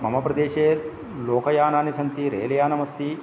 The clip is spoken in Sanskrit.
मम प्रदेशे लोकयननि सन्ति रैलयनम् अस्ति